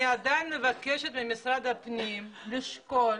אני עדיין מבקשת ממשרד הפנים לשקול